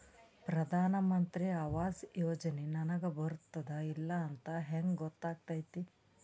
ಪ್ರಧಾನ ಮಂತ್ರಿ ಆವಾಸ್ ಯೋಜನೆ ನನಗ ಬರುತ್ತದ ಇಲ್ಲ ಅಂತ ಹೆಂಗ್ ಗೊತ್ತಾಗತೈತಿ?